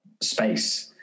space